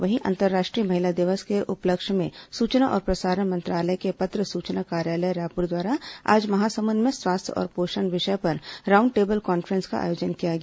वहीं अंतर्राष्ट्रीय महिला दिवस के उपलक्ष्य में सूचना और प्रसारण मंत्रालय के पत्र सूचना कार्यालय रायपुर द्वारा आज महासमुंद में स्वास्थ्य और पोषण विषय पर राउंड टेबल कान्फ्रेंस का आयोजन किया गया